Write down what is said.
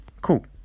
Cool